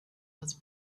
was